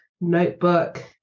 Notebook